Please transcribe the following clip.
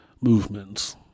movements